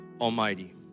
Almighty